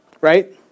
Right